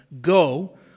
Go